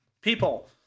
people